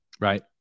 Right